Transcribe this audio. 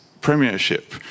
premiership